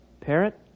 Parrot